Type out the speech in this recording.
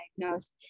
diagnosed